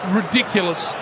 ridiculous